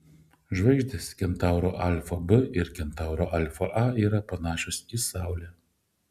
žvaigždės kentauro alfa b ir kentauro alfa a yra panašios į saulę